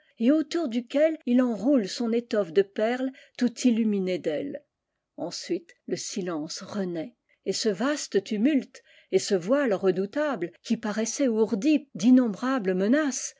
et autour duquel il enroule son étoffe de perles tout illuminée d'ailes ensuite le silence renaît et ce vaste tumulte et ce voile redoutable qui paraissait ourdi dinnombrables menaces